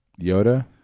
Yoda